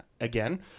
again